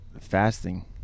Fasting